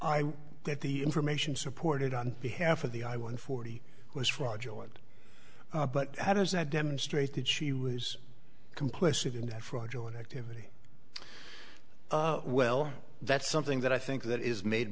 that the information supported on behalf of the i one forty was fraudulent but how does that demonstrate that she was complicit in that fraudulent activity well that's something that i think that is made